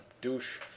douche